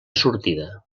sortida